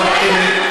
עכשיו הערתם,